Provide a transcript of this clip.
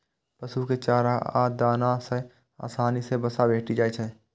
पशु कें चारा आ दाना सं आसानी सं वसा भेटि जाइ छै